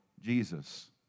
Jesus